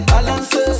Balance